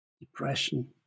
depression